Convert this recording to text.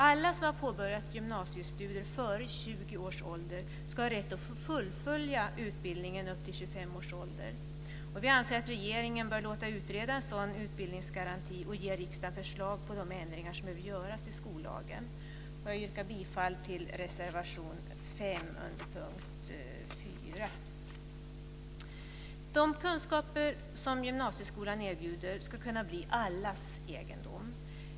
Alla som har påbörjat gymnasiestudier före 20 års ålder ska ha rätt att få fullfölja utbildningen upp till 25 års ålder. Vi anser att regeringen bör låta utreda en sådan utbildningsgaranti och ge riksdagen förslag på de ändringar som behöver göras i skollagen. Jag yrkar bifall till reservation 5 under punkt 4. De kunskaper som gymnasieskolan erbjuder ska kunna bli allas egendom.